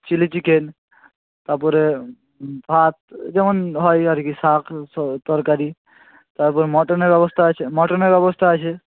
chilli chicken তারপরে ভাত যেমন হয় আর কি শাক তরকারি তারপর মটনের ব্যবস্থা আছে মটনের ব্যবস্থা আছে